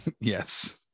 Yes